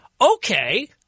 Okay